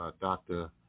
Dr